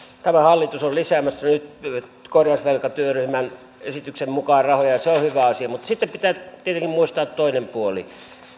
tämä hallitus on lisäämässä nyt korjausvelkatyöryhmän esityksen mukaan rahoja ja se on hyvä asia mutta sitten pitää tietenkin muistaa toinen puoli